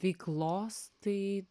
veiklos tai